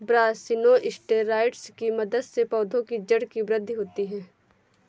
brassinosteroids की मदद से पौधों की जड़ की वृद्धि होती है